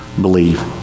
believe